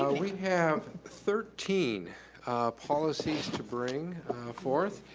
ah we have thirteen policies to bring forth.